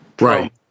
Right